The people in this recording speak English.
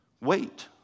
Wait